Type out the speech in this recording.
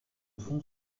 font